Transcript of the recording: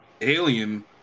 alien